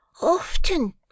Often